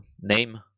name